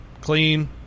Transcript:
clean